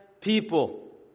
people